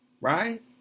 right